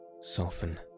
soften